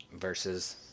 versus